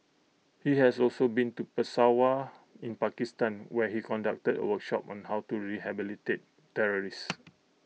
he has also been to Peshawar in Pakistan where he conducted A workshop on how to rehabilitate terrorists